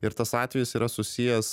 ir tas atvejis yra susijęs